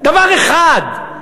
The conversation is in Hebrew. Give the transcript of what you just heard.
דבר אחד,